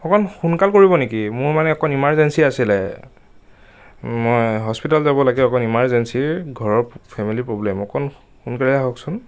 অকণমান সোনকাল কৰিব নেকি মোৰ মানে অকণমান ইমাৰ্জেঞ্চি আছিল মই হস্পিতেল যাব লাগে অকণমান ইমাৰ্জেঞ্চি ঘৰৰ ফেমেলি প্ৰব্লেম অকণমান সোনকালে আহকচোন